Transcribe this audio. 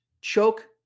choke